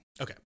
okay